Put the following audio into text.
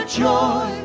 joy